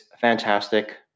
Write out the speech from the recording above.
fantastic